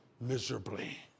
miserably